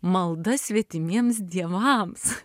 malda svetimiems dievams